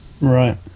Right